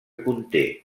conté